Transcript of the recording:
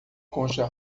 concha